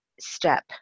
step